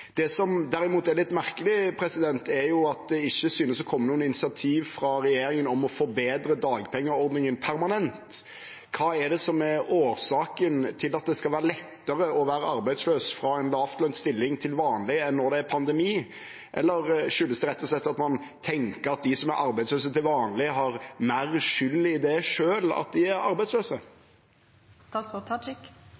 Det som derimot er litt merkelig, er at det ikke synes å komme noen initiativ fra regjeringen om å forbedre dagpengeordningen permanent. Hva er det som er årsaken til at det skal være lettere å være arbeidsløs fra en lavtlønt stilling til vanlig enn når det er pandemi? Skyldes det rett og slett at man tenker at de som er arbeidsløse til vanlig, har mer skyld selv i at de er arbeidsløse?